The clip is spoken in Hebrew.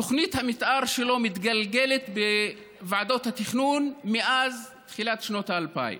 תוכנית המתאר שלו מתגלגלת בוועדות התכנון מאז תחילת שנות האלפיים